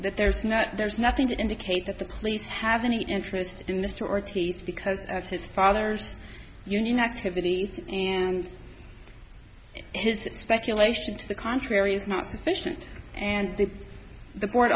that there's not there's nothing to indicate that the police have any interest in the store teeth because of his father's union activities and his speculation to the contrary is not sufficient and that the court